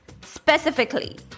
specifically